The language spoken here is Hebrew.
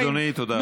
אדוני, תודה רבה.